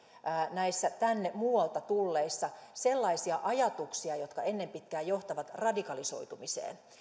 näissä tänne muualta tulleissa sellaisia ajatuksia jotka ennen pitkää johtavat radikalisoitumiseen